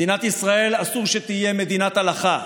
מדינת ישראל, אסור שתהיה מדינת הלכה.